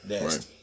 Right